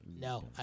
No